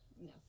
No